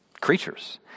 creatures